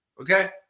okay